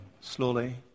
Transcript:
slowly